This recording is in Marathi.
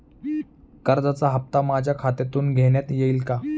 कर्जाचा हप्ता माझ्या खात्यातून घेण्यात येईल का?